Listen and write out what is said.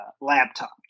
laptop